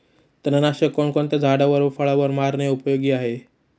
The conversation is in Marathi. तणनाशक कोणकोणत्या झाडावर व फळावर मारणे उपयोगी आहे?